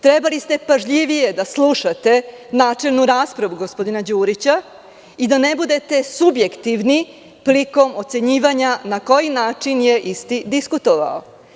Trebalo je pažljivije da slušate načelnu raspravu gospodina Đurića i da ne budete subjektivni prilikom ocenjivanja na koji način je isti diskutovao.